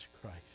Christ